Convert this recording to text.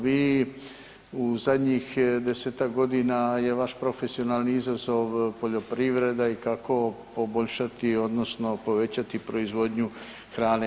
Vi u zadnjih 10-tak godina je vaš profesionalni izazov poljoprivreda i kako poboljšati odnosno povećati proizvodnju hrane.